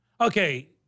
Okay